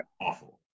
awful